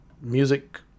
music